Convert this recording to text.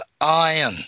iron